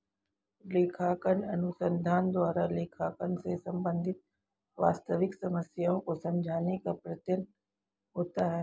लेखांकन अनुसंधान द्वारा लेखांकन से संबंधित वास्तविक समस्याओं को समझाने का प्रयत्न होता है